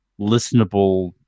listenable